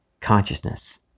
consciousness